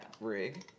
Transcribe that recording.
rig